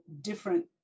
different